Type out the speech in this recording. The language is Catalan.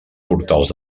portals